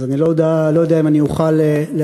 אז אני לא יודע אם אני אוכל להפתיע.